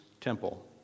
temple